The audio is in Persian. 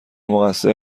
مقصر